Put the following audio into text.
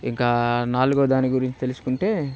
ఇంక నాలుగవ దాని గురించి తెలుసుకుంటే